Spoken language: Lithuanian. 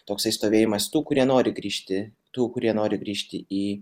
toksai stovėjimas tų kurie nori grįžti tų kurie nori grįžti į